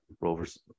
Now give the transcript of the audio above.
Rovers